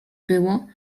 było